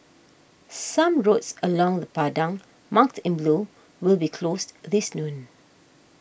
some roads around the Padang marked in blue will be closed this noon